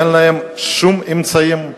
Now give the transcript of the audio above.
אין להן שום אמצעים,